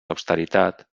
austeritat